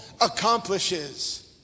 accomplishes